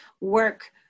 work